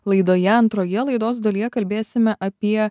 laidoje antroje laidos dalyje kalbėsime apie